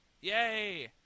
Yay